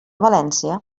valència